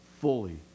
fully